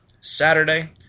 Saturday